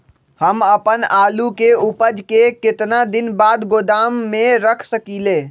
हम अपन आलू के ऊपज के केतना दिन बाद गोदाम में रख सकींले?